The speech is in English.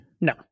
No